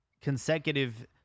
consecutive